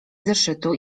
zeszytu